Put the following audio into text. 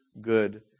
good